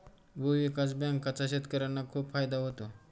भूविकास बँकांचा शेतकर्यांना खूप फायदा होतो